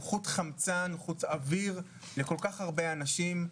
הוא חוט חמצן לכל כך הרבה אנשים,